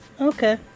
Okay